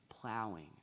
plowing